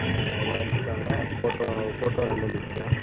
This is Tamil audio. ஆ எல்லாம் எடுத்துகிட்டு வாங்க ஃபோட்டோ ஃபோட்டோ ரெண்டு முக்கியம்